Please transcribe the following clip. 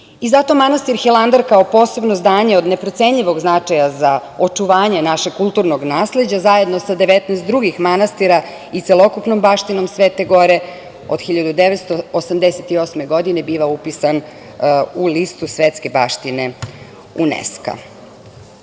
manastir Hilandar kao posebno zdanje od neprocenjivog značaja za očuvanje našeg kulturnog nasleđa, zajedno sa 19 drugih manastira i celokupnom baštinom Svete gore, od 1988. godine biva upisan u Listu svetske baštine